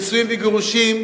נישואים וגירושים,